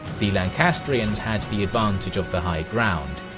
the lancastrians had the advantage of the high ground.